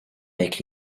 avec